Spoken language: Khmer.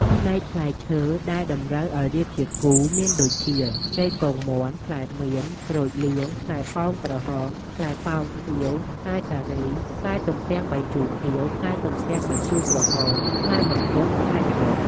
ផ្នែកផ្លែឈើ ដែលតម្រូវអោយរៀបជាគូមានដូចជា ចេកពងមាន់ ផ្លែមៀន ក្រូចលឿង ផ្លែប៉ោមក្រហម ផ្លែប៉ោមខៀវ ផ្លែសារី ផ្លែទំពាំងបាយជូរខៀវ ផ្លែទំពាំងបាយជូរក្រហម ផ្លែមង្ឃុត ផ្លែល្មុត...។